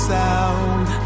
sound